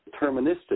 deterministic